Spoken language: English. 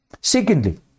Secondly